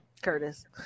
Curtis